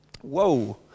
Whoa